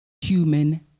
human